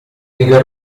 diga